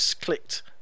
clicked